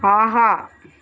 ஆஹா